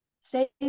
say